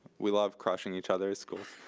we love crushing each other's schools.